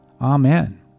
Amen